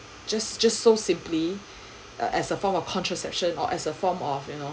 just just so simply as a form of contraception or as a form of you know